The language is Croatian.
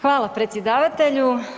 Hvala predsjedavatelju.